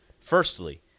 Firstly